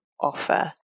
offer